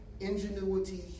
ingenuity